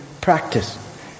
practice